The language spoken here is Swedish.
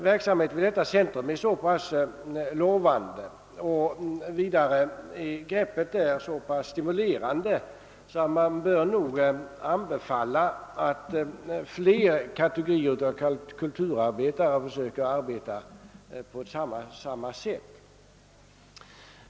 Verksamheten vid detta centrum är så lovande och greppet så stimulerande, att man nog bör anbefalla fler kategorier kulturarbetare att försöka arbeta på samma sätt.